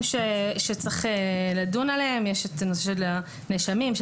שצריך לדון עליהם כמו הנושא של הנאשמים,